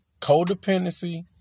Codependency